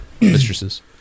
mistresses